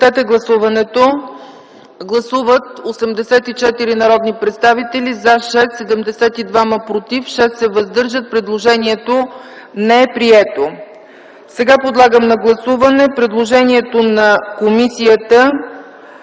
Сега подлагам на гласуване предложението на комисията